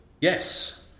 Yes